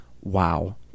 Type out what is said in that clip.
wow